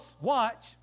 watch